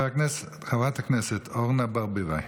חברת הכנסת אורנה ברביבאי.